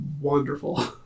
wonderful